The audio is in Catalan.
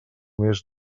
més